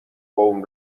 قوم